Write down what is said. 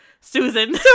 Susan